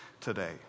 today